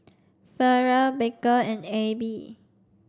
Ferrell Baker and Abbey